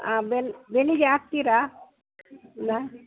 ಆ ಬೆಲ್ ಬೆಳಿಗ್ಗೆ ಹಾಕ್ತೀರಾ ಇಲ್ವಾ